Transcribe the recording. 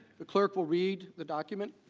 the clerk will read the document.